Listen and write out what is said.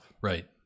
right